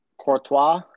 Courtois